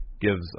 gives